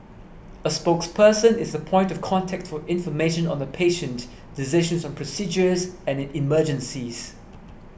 a spokesperson is the point of contact for information on the patient decisions on procedures and in emergencies